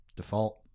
default